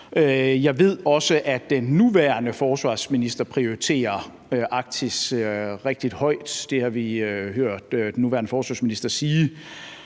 Jeg ved også, at den nuværende forsvarsminister prioriterer Arktis rigtig højt. Det har vi hørt den nuværende forsvarsminister sige.